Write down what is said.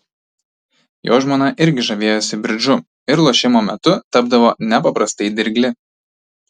jo žmona irgi žavėjosi bridžu ir lošimo metu tapdavo nepaprastai dirgli